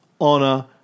honor